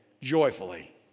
joyfully